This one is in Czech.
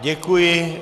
Děkuji.